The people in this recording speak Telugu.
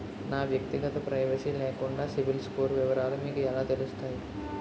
నా వ్యక్తిగత ప్రైవసీ లేకుండా సిబిల్ స్కోర్ వివరాలు మీకు ఎలా తెలుస్తాయి?